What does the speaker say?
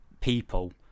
people